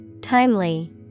Timely